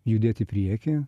judėt į priekį